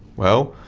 well,